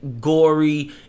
gory